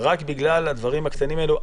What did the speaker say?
רק בגלל הדברים הקטנים האלה.